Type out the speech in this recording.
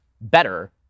better